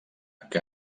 que